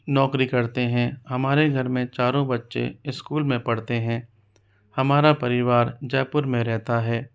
नौकरी करते हैं हमारे घर में चारों बच्चे स्कूल में पढ़ते हैं हमारा परिवार जयपुर में रहता है